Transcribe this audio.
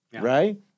right